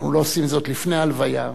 אנחנו לא עושים זאת לפני ההלוויה.